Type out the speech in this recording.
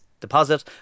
deposit